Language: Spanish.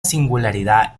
singularidad